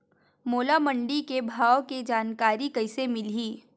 मोला मंडी के भाव के जानकारी कइसे मिलही?